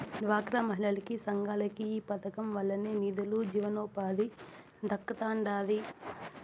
డ్వాక్రా మహిళలకి, సంఘాలకి ఈ పదకం వల్లనే నిదులు, జీవనోపాధి దక్కతండాడి